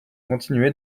continuer